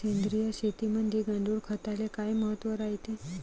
सेंद्रिय शेतीमंदी गांडूळखताले काय महत्त्व रायते?